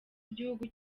w’igihugu